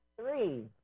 three